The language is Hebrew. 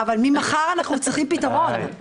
אבל ממחר אנחנו צריכים פתרון.